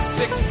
six